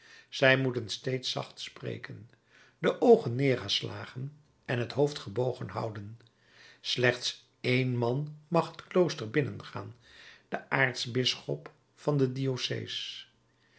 zij moeten steeds zacht spreken de oogen neergeslagen en het hoofd gebogen houden slechts één man mag het klooster binnengaan de aartsbisschop van de